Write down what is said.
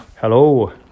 Hello